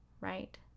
Right